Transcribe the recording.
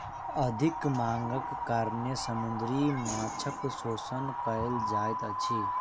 अधिक मांगक कारणेँ समुद्री माँछक शोषण कयल जाइत अछि